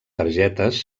targetes